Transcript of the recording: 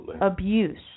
abuse